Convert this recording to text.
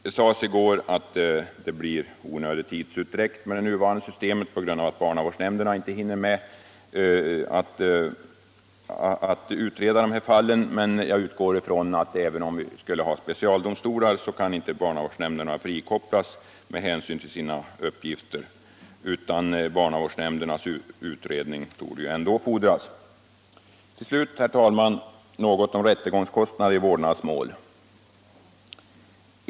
Det sades i går att det blir onödig tidsutdräkt med det nuvarande systemet på grund av att barnavårdsnämnderna inte hinner utreda dessa fall. Men jag utgår ifrån att även om vi skulle få specialdomstolar kan inte barnavårdsnämnden frikopplas med hänsyn till sina uppgifter, utan barnavårdsnämndernas utredning torde ändå fordras. Till slut, herr talman, något om rättegångskostnader i vårdnadsmål.